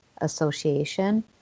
Association